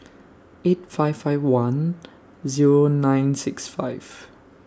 eight five five one Zero nine six five